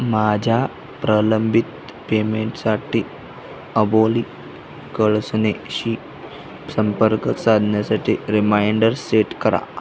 माझ्या प्रलंबित पेमेंटसाठी अबोली कळसनेशी संपर्क साधन्यासाठी रिमाइंडर सेट करा